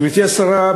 גברתי השרה,